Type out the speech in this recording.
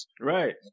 Right